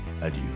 adieu